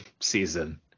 season